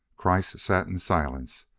kreiss sat in silence,